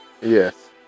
Yes